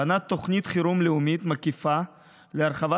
בנה תוכנית חירום לאומית מקיפה להרחבת